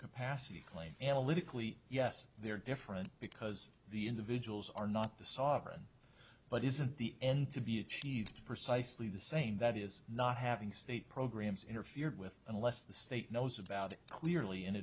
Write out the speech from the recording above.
capacity claim analytically yes they are different because the individuals are not the sovereign but isn't the end to be achieved for sysfs leave the same that is not having state programs interfered with unless the state knows about it clearly in